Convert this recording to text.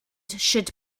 should